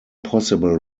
possible